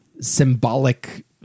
symbolic